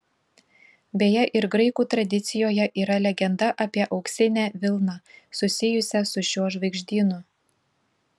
beje ir graikų tradicijoje yra legenda apie auksinę vilną susijusią su šiuo žvaigždynu